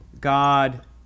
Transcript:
God